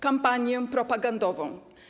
Kampanię propagandową.